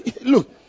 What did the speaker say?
look